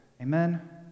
amen